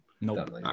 Nope